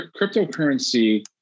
Cryptocurrency